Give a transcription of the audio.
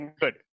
Good